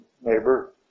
neighbor